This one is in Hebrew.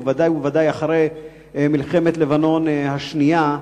ובוודאי ובוודאי אחרי מלחמת לבנון השנייה.